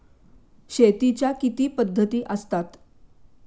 शेतीच्या किती पद्धती असतात?